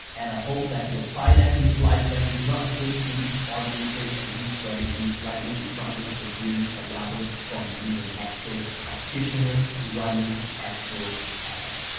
and i hope that you apply them, utilize them do not take these audiences and these strategies lightly. it's not based on theory, but rather from being an actual practitioner running actual ads.